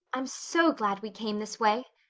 i'm so glad we came this way,